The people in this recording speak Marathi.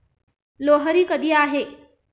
लोहरी कधी आहे?